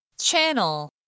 Channel